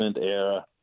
era